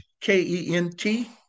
K-E-N-T